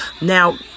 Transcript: now